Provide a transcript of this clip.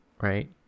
right